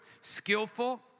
skillful